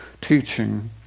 teaching